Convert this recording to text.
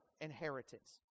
inheritance